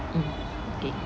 mm okay